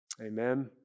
Amen